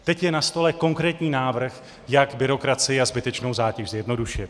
Teď je na stole konkrétní návrh, jak byrokracii a zbytečnou zátěž zjednodušit.